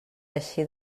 eixir